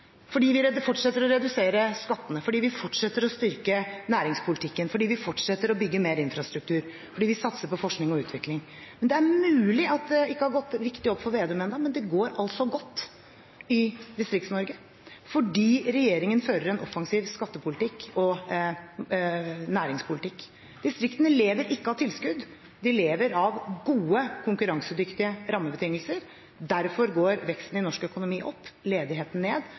fordi vi fortsetter å redusere skattene, fordi vi fortsetter å styrke næringspolitikken, fordi vi fortsetter å bygge mer infrastruktur, fordi vi satser på forskning og utvikling. Det er mulig at det ikke har gått riktig opp for Slagsvold Vedum ennå, men det går altså godt i Distrikts-Norge – fordi regjeringen fører en offensiv skattepolitikk og næringspolitikk. Distriktene lever ikke av tilskudd; de lever av gode, konkurransedyktige rammebetingelser. Derfor går veksten i norsk økonomi opp, ledigheten ned,